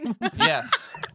Yes